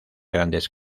grandes